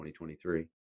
2023